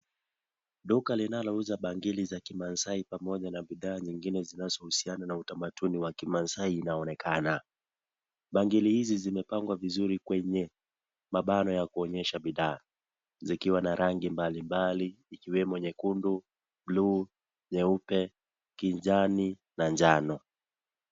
Duka linalouza bangili za kimaasai pamoja na bidhaa nyingine zinazohusiana na utamaduni wa kimaasai inaonekana. Bangili hizi zimepangwa vizuri kwenye mabano ya kuonyesha bidhaa. Zikiwa na rangi mbalimbali ikiwemo nyekundu, blue , nyeupe, kijani na njano.